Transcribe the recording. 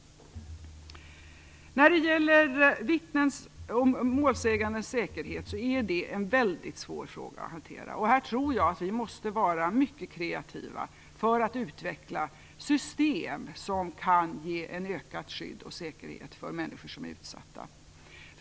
När det gäller vittnens och målsägandes säkerhet är det en väldigt svår fråga att hantera. Jag tror att vi måste vara mycket kreativa för att utveckla system som kan ge ett ökat skydd och en ökad säkerhet för människor som är utsatta.